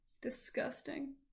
Disgusting